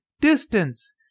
distance